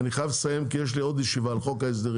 אני חייב לסיים כי יש לי עוד ישיבה על חוק ההסדרים.